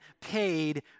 paid